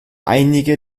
einige